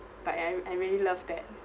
but I I really love that